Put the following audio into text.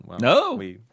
No